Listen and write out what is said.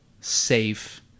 safe